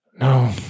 no